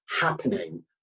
happening